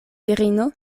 virino